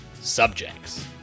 subjects